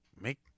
make